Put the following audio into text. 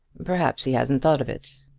perhaps he hasn't thought of it.